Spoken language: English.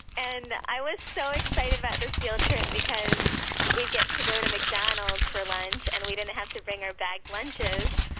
and i was so excited about this field trip because we'd get to go to mcdonald's for lunch and we didn't have to bring our bag lunches.